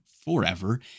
forever